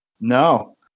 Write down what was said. No